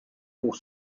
pour